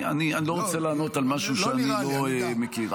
אני לא רוצה לענות על משהו שאני לא מכיר.